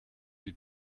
die